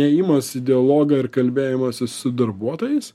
ėjimas į dialogą ir kalbėjimasis su darbuotojais